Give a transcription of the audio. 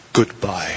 goodbye